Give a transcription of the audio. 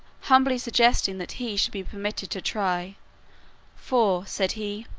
humbly suggesting that he should be permitted to try for, said he,